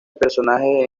personajes